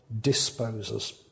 disposes